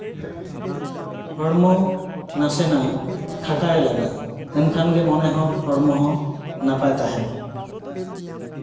ᱦᱚᱲᱢᱚ ᱱᱟᱥᱮᱱᱟᱜ ᱠᱷᱟᱴᱟᱭᱮ ᱞᱟᱜᱟᱜᱼᱟ ᱮᱱᱠᱷᱟᱱ ᱜᱮ ᱢᱚᱱᱮ ᱦᱚᱸ ᱦᱚᱲᱢᱚ ᱦᱚᱸ ᱱᱟᱯᱟᱭ ᱛᱟᱦᱮᱱᱟ